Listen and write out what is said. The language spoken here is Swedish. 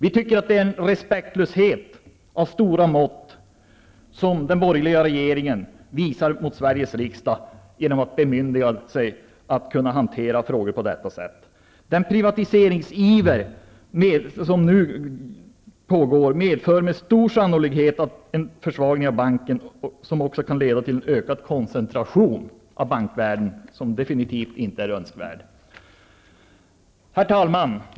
Vi tycker att det är en respektlöshet av stora mått som den borgerliga regeringen visar mot Sveriges riksdag genom att bemyndiga sig att kunna hantera frågor på detta sätt. Den privatiseringsiver som nu pågår medför med stor sannolikhet en försvagning av banken. Den kan också leda till en ökad koncentration inom bankvärlden som absolut inte är önskvärd. Herr talman!